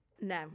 No